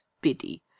biddy